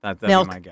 Milk